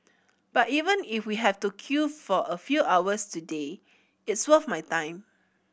but even if we have to queue for a few hours today it's worth my time